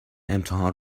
امتحان